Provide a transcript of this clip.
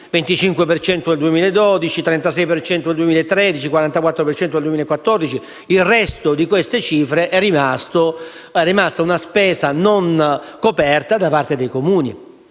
nel 2013, 44 per cento nel 2014. Il resto di dette cifre è rimasta una spesa non coperta da parte dei Comuni.